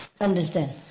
Understand